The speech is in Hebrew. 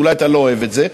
אולי אתה לא אוהב את זה,